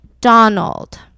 Donald